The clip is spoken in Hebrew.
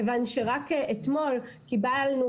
כיוון שרק אתמול קיבלנו,